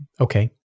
okay